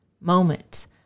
moments